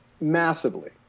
massively